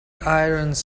irons